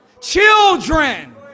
children